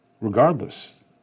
Regardless